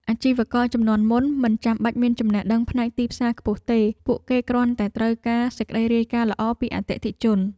អាជីវករជំនាន់មុនមិនចាំបាច់មានចំណេះដឹងផ្នែកទីផ្សារខ្ពស់ទេ ពួកគេគ្រាន់តែត្រូវការសេចក្តីរាយការណ៍ល្អពីអតិថិជន។